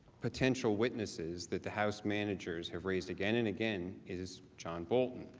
potential witnesses that the house managers have raised again and again is john bolton.